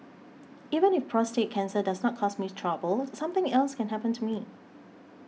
even if prostate cancer does not cause me trouble something else can happen to me